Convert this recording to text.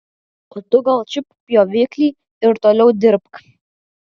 o tu gal čiupk pjoviklį ir toliau dirbk